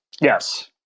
Yes